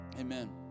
Amen